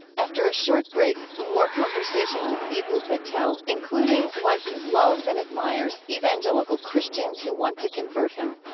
after a short break, more conversation with eboo patel, including why he loves and admires evangelical christians who want to convert him